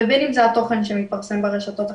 ובין אם זה התוכן שמתפרסם ברשתות החברתיות.